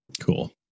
Cool